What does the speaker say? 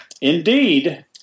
indeed